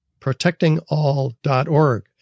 Protectingall.org